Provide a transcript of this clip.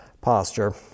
posture